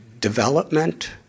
development